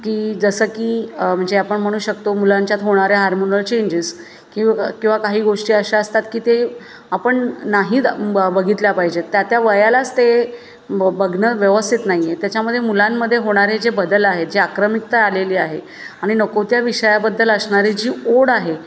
की जसं की म्हणजे आपण म्हणू शकतो मुलांच्यात होणाऱ्या हार्मोनल चेंजेस किव किंवा काही गोष्टी अशा असतात की ते आपण नाही बघितल्या पाहिजेत त्या त्या वयालाच ते बघणं व्यवस्थित नाही आहे त्याच्यामध्ये मुलांमध्ये होणारे जे बदल आहेत जे आक्रमिकता आलेली आहे आणि नको त्या विषयाबद्दल असणारी जी ओढ आहे